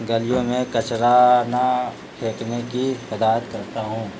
گلیوں میں کچرانا پھینکنے کی حداد کرتا ہوں